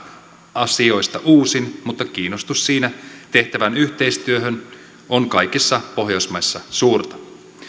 asioista uusin mutta kiinnostus siinä tehtävään yhteistyöhön on kaikissa pohjoismaissa suurta